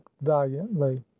valiantly